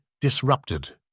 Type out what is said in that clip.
disrupted